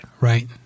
Right